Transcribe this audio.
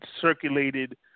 circulated